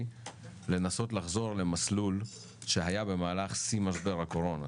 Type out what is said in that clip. לנסות לחזור למסלול שהיה במהלך שיא משבר הקורונה,